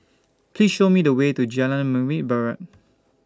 Please Show Me The Way to Jalan Membina Barat